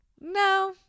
No